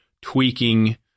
tweaking